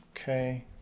Okay